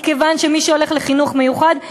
מכיוון שמי שהולך לחינוך מיוחד,